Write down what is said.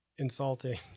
insulting